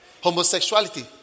homosexuality